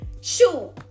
shoot